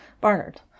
Barnard